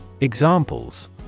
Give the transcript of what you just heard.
Examples